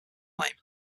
name